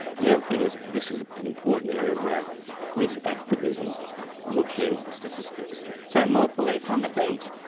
and the other thing is, this is an important area where police activism will change the statistics. so more police on the beat,